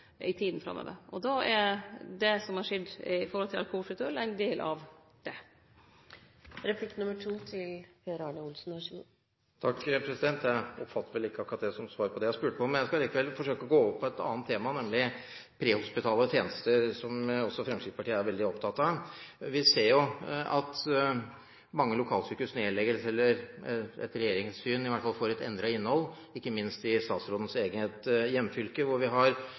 i tida framover. Då er det som har skjedd når det gjeld alkoholfritt øl, ein del av det. Jeg oppfatter vel ikke akkurat det som svar på det jeg spurte om. Men jeg skal likevel forsøke å gå over på et annet tema, nemlig prehospitale tjenester, som også Fremskrittspartiet er veldig opptatt av. Vi ser jo at mange lokalsykehus nedlegges, eller, etter regjeringens syn i hvert fall, får et endret innhold. Ikke minst i statsrådens eget hjemfylke, hvor vi har